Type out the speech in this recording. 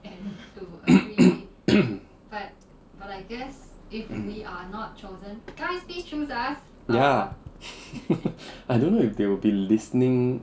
ya I don't know if they will be listening